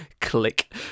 Click